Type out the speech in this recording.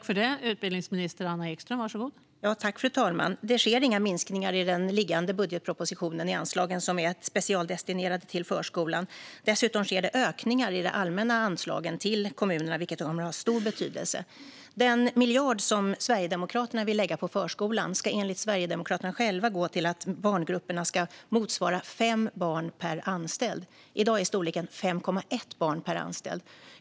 Fru talman! Det sker inga minskningar i den liggande budgetpropositionen av anslagen som är specialdestinerade till förskolan. Dessutom sker det ökningar av de allmänna anslagen till kommunerna, vilket kommer att ha stor betydelse. Den miljard som Sverigedemokraterna vill lägga på förskolan ska enligt Sverigedemokraterna själva gå till att barngrupperna ska motsvara 5 barn per anställd. I dag är storleken 5,1 barn per anställd.